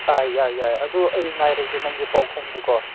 ꯑꯥ ꯌꯥꯏ ꯌꯥꯏ ꯑꯗꯨ ꯑꯩ ꯉꯥꯏꯔꯒꯦ ꯅꯪꯒꯤ ꯄꯥꯎꯈꯨꯝꯗꯨꯀꯣ